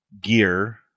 gear